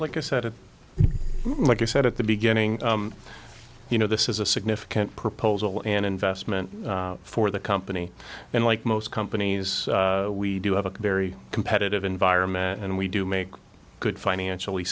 of like you said at the beginning you know this is a significant proposal an investment for the company and like most companies we do have a very competitive environment and we do make good financially